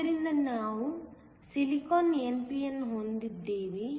ಆದ್ದರಿಂದ ನೀವು silicon n p n ಅನ್ನು ಹೊಂದಿದ್ದೀರಿ